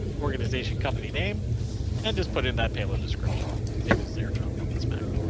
organization company name and just put in that payload description disables airdrop on this mac.